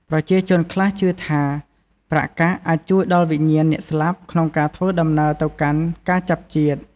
ប្រជាជនខ្លះជឿថា ប្រាក់កាក់អាចជួយដល់វិញ្ញាណអ្នកស្លាប់ក្នុងការធ្វើដំណើរទៅកាន់ការចាប់ជាតិ។